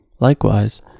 Likewise